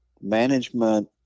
management